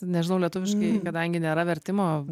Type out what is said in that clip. nežinau lietuviškai kadangi nėra vertimo